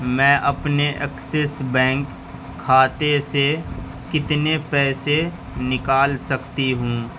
میں اپنے Axis Bank کھاتے سے کتنے پیسے نکال سکتی ہوں